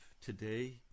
today